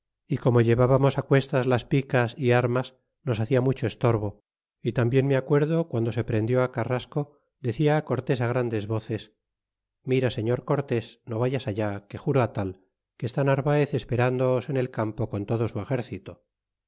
como llevábamos á cuestas las picas y armas nos hacia mucho estorbo y tambien me acuerdo guando se prendió carrasco decia á cortés grandes voces mira señor cortés no vayas allá que juro á tal que está narvaez esperndoos en el campo con todo su exército